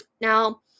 now